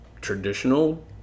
Traditional